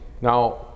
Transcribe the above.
Now